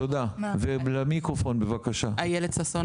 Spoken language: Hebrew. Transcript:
אילת ששון,